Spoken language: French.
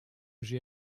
j’ai